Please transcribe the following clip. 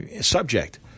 subject